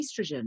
estrogen